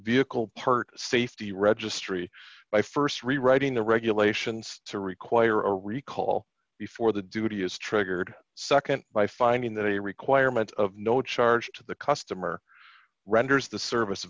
vehicle heart safety registry by st rewriting the regulations to require a recall before the duty is triggered nd by finding that a requirement of no charge to the customer renders the service